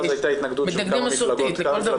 הם מתנגדים מסורתית לכל דבר.